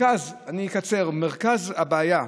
אני אקצר: מרכז הבעיה שגילו,